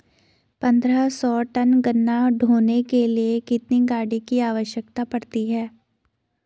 पन्द्रह सौ टन गन्ना ढोने के लिए कितनी गाड़ी की आवश्यकता पड़ती है?